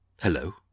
Hello